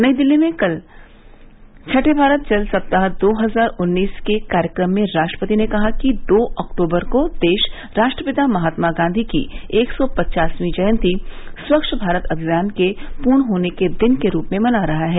नई दिल्ली में कल छठें भारत जल सप्ताह दो हजार उन्नीस के कार्यक्रम में राष्ट्रपति ने कहा कि दो अक्टूबर को देश राष्ट्रपिता महात्मा गांधी की एक सौ पचासवीं जयंती स्वच्छ भारत अभियान के पूर्ण होने के दिन के रूप में मना रहा है